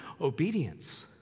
obedience